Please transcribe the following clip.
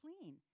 clean